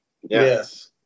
Yes